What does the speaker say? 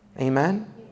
Amen